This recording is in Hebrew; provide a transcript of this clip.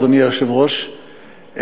אדוני היושב-ראש,